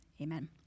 Amen